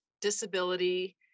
disability